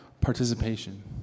participation